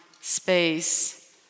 space